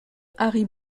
harry